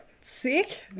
sick